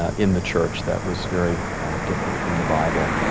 ah in the church that was very different from the bible.